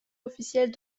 officielle